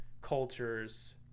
cultures